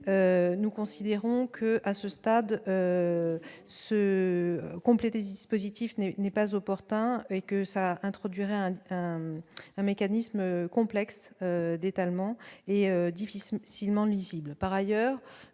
nous considérons que, à ce stade se compléter, dispositif n'est n'est pas opportun et que ça introduirait un un mécanisme complexe d'étalement et difficile si le